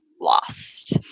lost